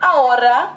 Ahora